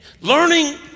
learning